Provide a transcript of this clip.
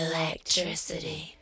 Electricity